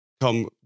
come